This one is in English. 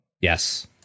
yes